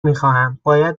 میخواهم، باید